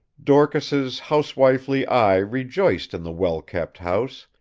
dorcas's housewifely eye rejoiced in the well-kept house,